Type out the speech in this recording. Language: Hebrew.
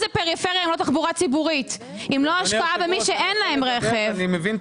אז למה